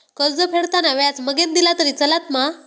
कर्ज फेडताना व्याज मगेन दिला तरी चलात मा?